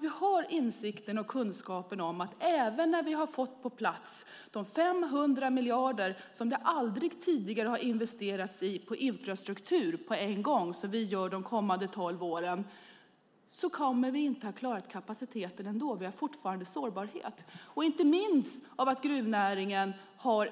Vi har insikten och kunskapen om att även när vi har fått på plats de 500 miljarderna - det har aldrig tidigare investerats så mycket i infrastruktur på en gång som vi gör de kommande tolv åren - kommer vi ändå inte att klara kapaciteten utan har fortfarande sårbarhet. Inte minst därför att gruvnäringen har